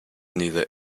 neither